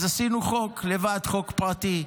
אז עשינו חוק לבד, חוק פרטי,